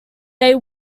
they